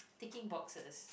ticking boxes